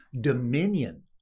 Dominion